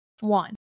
one